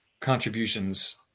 contributions